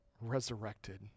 resurrected